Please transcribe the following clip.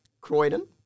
Croydon